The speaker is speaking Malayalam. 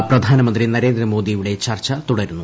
സാമ്പത്തിക പ്രധാനമന്ത്രി നരേന്ദ്രമോദിയുടെ ചർച്ച തുടരുന്നു